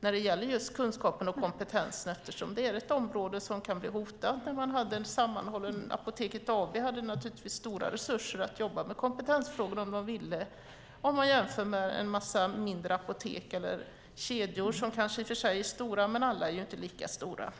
när det gäller just kunskapen och kompetensen. Det är ju ett område som kan bli hotat. Apoteket AB hade naturligtvis stora resurser för att jobba med kompetensfrågor om man ville. Man kan jämföra med en massa mindre apotek eller kedjor. Det finns kanske i och för sig de som är stora, men alla är inte lika stora.